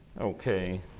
Okay